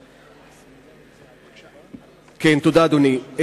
תודה, אדוני.